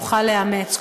יוכל לאמץ,